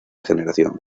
generación